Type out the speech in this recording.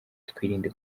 twirinde